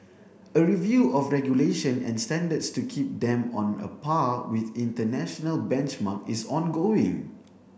a review of regulation and standards to keep them on a par with international benchmark is ongoing